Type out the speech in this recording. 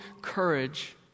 courage